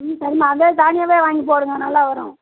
ம் சரிம்மா அதே தான்யாவே வாங்கிப் போடுங்கள் நல்லா வரும்